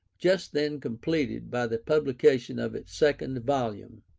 just then completed by the publication of its second volume.